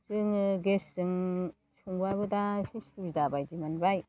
जोङो गेसजों संब्लाबो दा सुबिदाबायदि मोनबाय